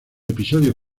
episodio